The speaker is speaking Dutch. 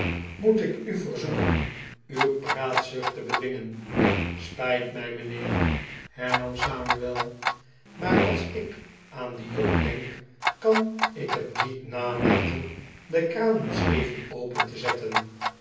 moet ik u verzoeken uw praatzucht te bedwingen spijt mij mijnheer hernam samuel maar als ik aan dien job denk kan ik het niet nalaten de kraan eens even open te zetten